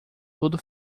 tudo